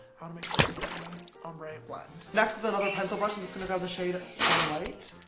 got to make sure we get that nice ombre blend. next with another pencil brush, i'm just gonna grab the shade sunlight,